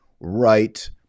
right